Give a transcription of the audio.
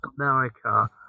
America